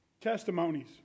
testimonies